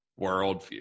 worldview